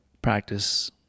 Practice